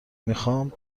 میخام